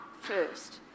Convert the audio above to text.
first